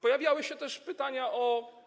Pojawiały się też pytania o.